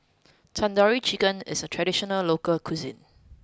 Tandoori Chicken is a traditional local cuisine